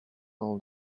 all